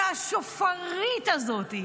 שהשופרית הזאת,